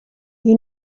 you